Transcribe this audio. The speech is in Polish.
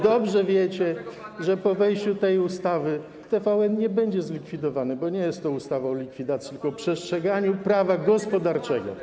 Dobrze wiecie, że po wejściu tej ustawy w życie TVN nie będzie zlikwidowany, bo jest to ustawa nie o likwidacji, tylko o przestrzeganiu prawa gospodarczego.